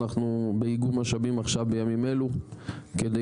אנחנו באיגום משאבים עכשיו בימים אלו כדי